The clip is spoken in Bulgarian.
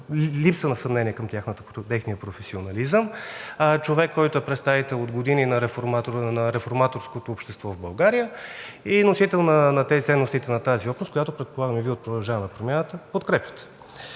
липса на съмнение към техния професионализъм – човек, който е представител от години на реформаторското общество в България и носител на ценностите на тази общност, която, предполагам, и Вие от „Продължаваме Промяната“ подкрепяте.